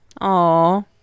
Aw